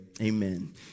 amen